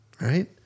Right